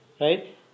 Right